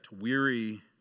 weary